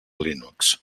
linux